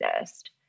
exist